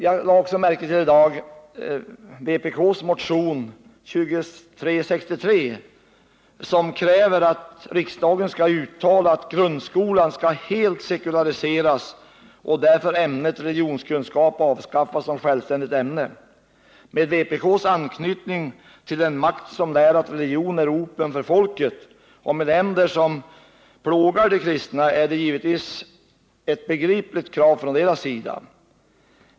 Jag lade i dag märke till att vpk i sin motion 2636 kräver att riksdagen skall uttala att grundskolan helt skall sekulariseras och därför ämnet religionskunskap avskaffas som självständigt ämne. Med vpk:s anknytning till den makt som lär att religion är opium för folket och med dess anknytning till länder som plågar de kristna är det givetvis begripligt att vpk ställer ett sådant krav.